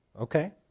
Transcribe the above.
Okay